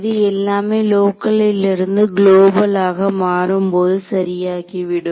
இது எல்லாமே லோக்கலில் இருந்து குளோபல் ஆக மாறும்போது சரியாகிவிடும்